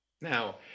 Now